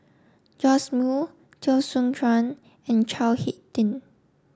Joash Moo Teo Soon Chuan and Chao Hick Tin